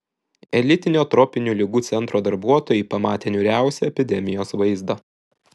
elitinio tropinių ligų centro darbuotojai pamatė niūriausią epidemijos vaizdą